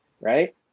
Right